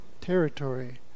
territory